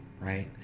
right